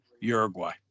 Uruguay